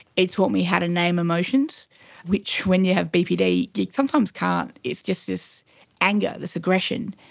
it taught me how to name emotions which, when you have bpd, you sometimes can't, it's just this anger, this aggression,